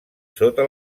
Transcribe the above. sota